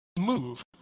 move